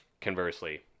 conversely